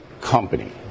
company